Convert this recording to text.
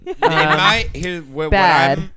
bad